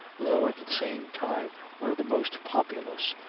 though at the same time one of the most populous,